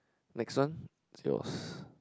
next one is yours